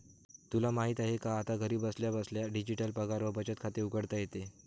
तुला माहित आहे का? आता घरी बसल्या बसल्या डिजिटल पगार व बचत खाते उघडता येते